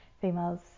females